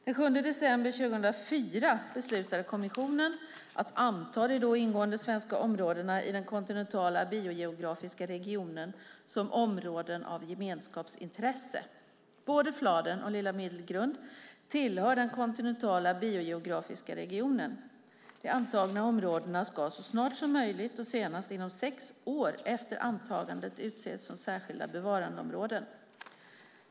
Den 7 december 2004 beslutade kommissionen att anta de då ingående svenska områdena i den kontinentala biogeografiska regionen som områden av gemenskapsintresse. Både Fladen och Lilla Middelgrund tillhör den kontinentala biogeografiska regionen. De antagna områdena ska så snart som möjligt och senast inom sex år efter antagandet utses till särskilda bevarandeområden.